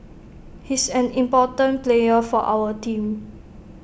he's an important player for our team